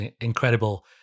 incredible